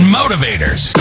motivators